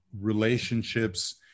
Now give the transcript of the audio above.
relationships